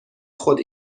خود